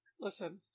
Listen